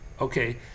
Okay